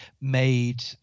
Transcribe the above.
made